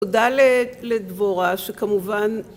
תודה לדבורה, שכמובן